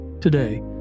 Today